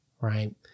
right